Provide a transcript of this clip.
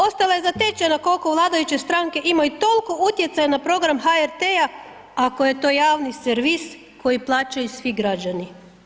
Ostala je zatečena kolko vladajuće stranke imaju tolko utjecaja na program HRT-a ako je je to javni servis koji plaćaju svi građani.